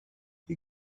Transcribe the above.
you